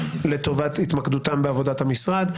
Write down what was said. לטובת התמקדותם בעבודת המשרד,